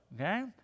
Okay